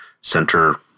center